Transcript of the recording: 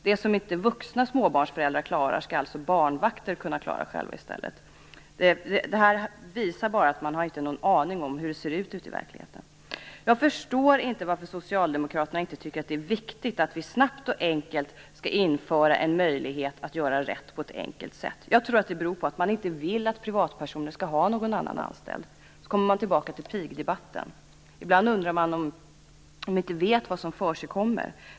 Det som inte vuxna småbarnsföräldrar klarar skall alltså barnvakter kunna klara själva i stället. Det visar bara att man inte har någon aning om hur det ser ut ute i verkligheten. Jag förstår inte varför Socialdemokraterna inte tycker att det är viktigt att vi snabbt och enkelt skall införa en möjlighet att göra rätt på ett enkelt sätt. Jag tror att det beror på att de inte vill att privatpersoner skall ha någon annan anställd. Då kommer man tillbaka till pigdebatten. Ibland undrar jag om de inte vet vad som försiggår.